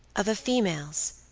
of a female's,